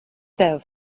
tev